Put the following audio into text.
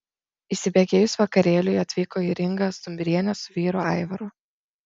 įsibėgėjus vakarėliui atvyko ir inga stumbrienė su vyru aivaru